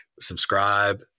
subscribe